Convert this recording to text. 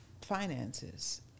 finances